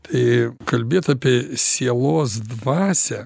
tai kalbėt apie sielos dvasią